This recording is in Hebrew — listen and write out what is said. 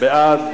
בעד,